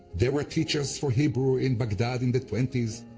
there were teachers for hebrew in baghdad in the twenty s,